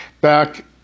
back